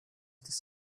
this